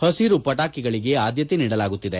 ಹಸಿರು ಪಟಾಕಿಗಳಿಗೆ ಆದ್ಯತೆ ನೀಡಲಾಗುತ್ತಿದೆ